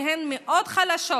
שהן מאוד חלשות,